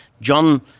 John